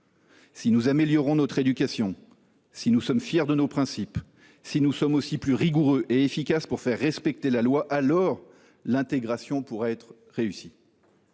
Si nous améliorons notre éducation, si nous sommes fiers de nos principes, si nous sommes plus rigoureux et efficaces pour faire respecter la loi, alors l’intégration pourra être réussie.